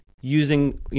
using